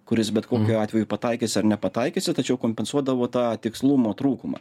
kuris bet kokiu atveju pataikysi ar nepataikysi tačiau kompensuodavo tą tikslumo trūkumą